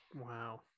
wow